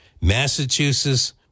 Massachusetts